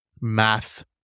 math